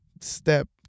step